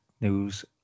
news